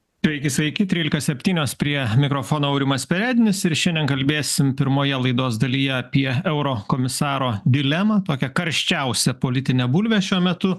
taigi sveiki trylika septynios prie mikrofono aurimas perednis ir šiandien kalbėsim pirmoje laidos dalyje apie eurokomisaro dilemą tokią karščiausią politinę bulvę šiuo metu